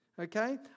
Okay